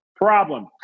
Problem